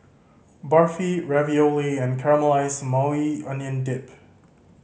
Barfi Ravioli and Caramelized Maui Onion Dip